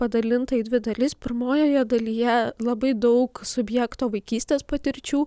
padalinta į dvi dalis pirmojoje dalyje labai daug subjekto vaikystės patirčių